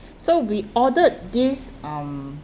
so we ordered this um